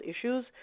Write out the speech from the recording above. issues